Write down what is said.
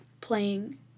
playing